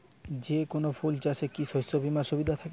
যেকোন ফুল চাষে কি শস্য বিমার সুবিধা থাকে?